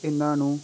ਇਹਨਾਂ ਨੂੰ